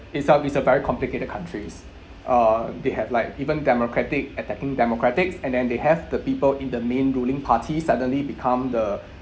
itself is a very complicated country uh they have like even democratic attacking democratics and then they have the people in the main ruling party suddenly become the